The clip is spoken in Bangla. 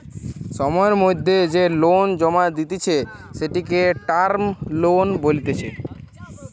সময়ের মধ্যে যে লোন জমা দিতেছে, সেটিকে টার্ম লোন বলতিছে